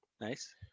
Nice